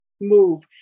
move